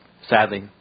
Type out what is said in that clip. sadly